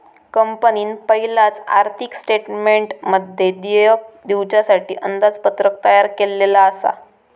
कंपनीन पयलाच आर्थिक स्टेटमेंटमध्ये देयक दिवच्यासाठी अंदाजपत्रक तयार केल्लला आसा